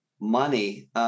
money